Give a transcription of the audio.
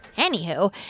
anywho,